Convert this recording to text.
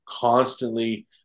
Constantly